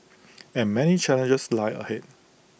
and many challenges lie ahead